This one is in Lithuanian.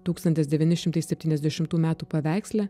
tūkstantis devyni šimtai septyniasdešimtų metų paveiksle